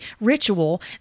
ritual